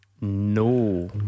No